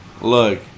look